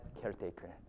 caretaker